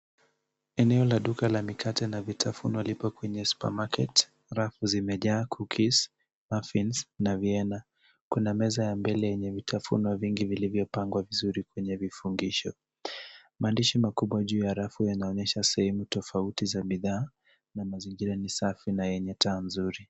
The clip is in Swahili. Eneo la duka la mikate na vitafuno lipo kwenye supermarket . Rafuu zimejaa cookies, muffins na vienna . Kuna meza ya mbele yenye vitafuno vingi vilivyopangwa vizuri kwenye vifungisho. Maandishi makubwa juu ya rafu yanaonyesha sehemu tofauti za bidhaa na mazingira ni safi na yenye taa nzuri.